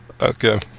okay